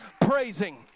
praising